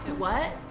what?